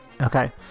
okay